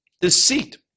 deceit